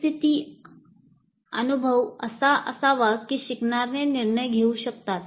परिस्थिती अनुभव असा असावा की शिकणारे निर्णय घेऊ शकतात